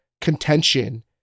contention